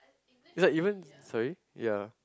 is like even sorry ya